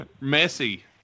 messy